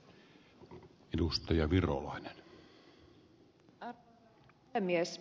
arvoisa puhemies